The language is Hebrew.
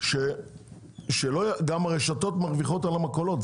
גם הרשתות מרוויחות על המכולות,